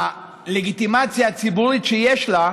הלגיטימציה הציבורית שיש לה,